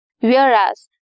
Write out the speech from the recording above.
whereas